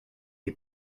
est